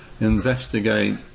investigate